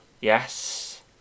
Yes